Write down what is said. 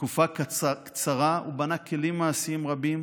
בתקופה קצרה הוא בנה כלים מעשיים רבים,